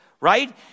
right